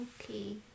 Okay